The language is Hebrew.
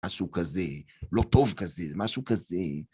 מה השעה